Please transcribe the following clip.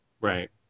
Right